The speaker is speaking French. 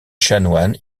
chanoine